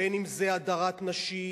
הדרת נשים,